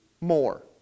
more